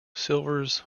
silvers